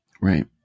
Right